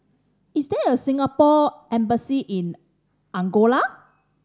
is there a Singapore Embassy in Angola